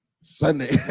Sunday